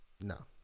No